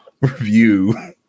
review